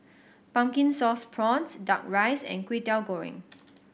Pumpkin Sauce Prawns Duck Rice and Kway Teow Goreng